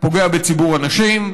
פוגע בציבור הנשים.